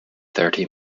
thirty